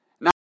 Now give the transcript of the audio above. Now